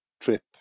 trip